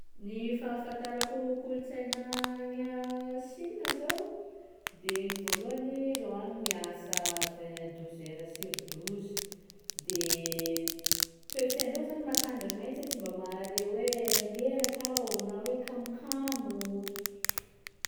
Gny fahafantarako kolontsaina agny Chine zao de gny voalohany reo agny miasa vin- douze heures sur douze, de toe-tsaindreo zany matanjaky mahitsy e tsy mba mahare hoe reraka aho na hoe kamokamo.